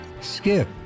Skip